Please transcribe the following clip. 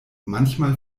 manchmal